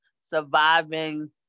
surviving